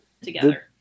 together